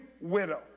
widow